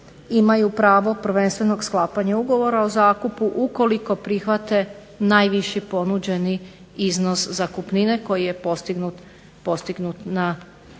imaju pravo prvenstvenog sklapanja ugovora o zakupu ukoliko prihvate najviši ponuđeni iznos zakupnine koji je postignut na natječaju.